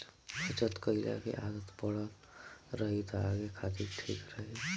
बचत कईला के आदत पड़ल रही त आगे खातिर ठीक रही